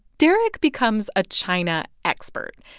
derek becomes a china expert,